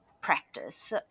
practice